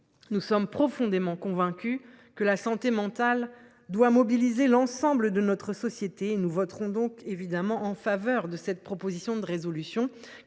Nous sommes profondément convaincus que la santé mentale doit mobiliser l’ensemble de notre société. Nous voterons donc en faveur de la présente proposition de résolution,